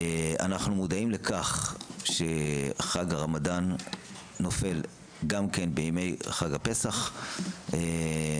אנחנו מודעים לכך שחג הרמדאן נופל גם כן בימי חג הפסח וזו